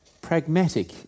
pragmatic